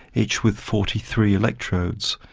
each with forty three electrodes.